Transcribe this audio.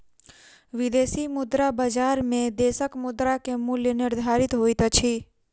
विदेशी मुद्रा बजार में देशक मुद्रा के मूल्य निर्धारित होइत अछि